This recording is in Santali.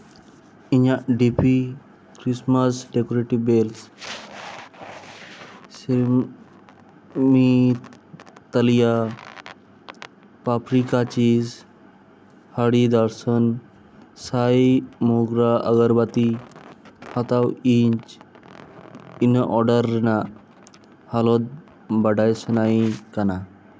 ᱤᱧᱟᱹᱜ ᱰᱤᱯᱤ ᱠᱷᱨᱤᱥᱴᱢᱟᱥ ᱰᱮᱠᱳᱨᱮᱴᱤᱵᱷ ᱵᱮᱞᱥ ᱥᱮ ᱢᱤ ᱛᱟᱹᱞᱤᱭᱟᱹ ᱯᱟᱯᱨᱤᱠᱟ ᱠᱟᱪᱤᱪ ᱦᱚᱨᱤ ᱫᱚᱨᱥᱚᱱ ᱥᱟᱭ ᱢᱩᱜᱽᱨᱟ ᱟᱜᱚᱨᱵᱟᱹᱛᱤ ᱦᱟᱛᱟᱣ ᱤᱡ ᱤᱱᱟᱹ ᱚᱰᱟᱨ ᱨᱮᱱᱟᱜ ᱦᱟᱞᱚᱛ ᱵᱟᱰᱟᱭ ᱥᱟᱱᱟᱭᱮ ᱠᱟᱱᱟ